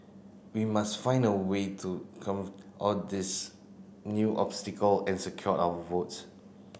we must find a way to all these new obstacle and secure our votes